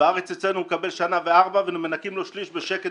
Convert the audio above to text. אצלנו הוא מקבל שנה וארבעה ומנכים לו שליש בשקט,